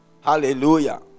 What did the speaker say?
Hallelujah